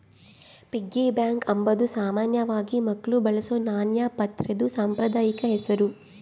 piggy bank ಅಂಬಾದು ಸಾಮಾನ್ಯವಾಗಿ ಮಕ್ಳು ಬಳಸೋ ನಾಣ್ಯ ಪಾತ್ರೆದು ಸಾಂಪ್ರದಾಯಿಕ ಹೆಸುರು